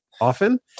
often